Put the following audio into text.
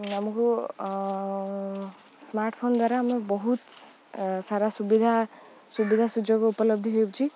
ଆମକୁ ସ୍ମାର୍ଟଫୋନ୍ ଦ୍ୱାରା ଆମେ ବହୁତ ସାରା ସୁବିଧା ସୁବିଧା ସୁଯୋଗ ଉପଲବ୍ଧି ହେଉଛି